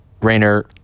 Rayner